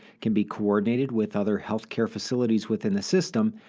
can be coordinated with other health care facilities within the system,